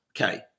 Okay